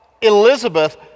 Elizabeth